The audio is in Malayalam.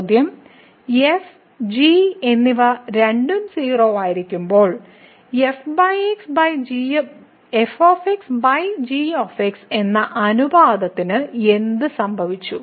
ചോദ്യം f g എന്നിവ രണ്ടും 0 ആയിരിക്കുമ്പോൾ f g എന്ന അനുപാതത്തിന് എന്ത് സംഭവിച്ചു